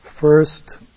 first